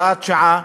הוראת שעה,